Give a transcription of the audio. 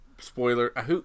spoiler